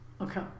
Okay